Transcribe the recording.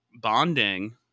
bonding